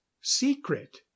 secret